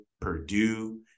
Purdue